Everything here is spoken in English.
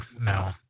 No